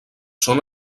són